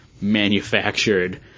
manufactured